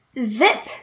zip